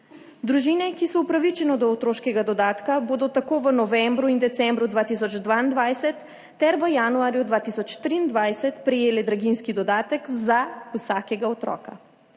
Družine, ki so upravičene do otroškega dodatka, bodo tako v novembru in decembru 2022 ter v januarju 2023 prejele draginjski dodatek za vsakega otroka.